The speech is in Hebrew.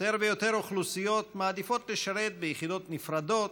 יותר ויותר אוכלוסיות מעדיפות לשרת ביחידות נפרדות,